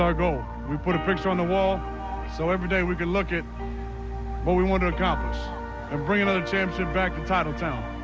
ah goal. we put a picture on the wall so every day we could look at what we wanted to accomplish and bring another championship back to titletown.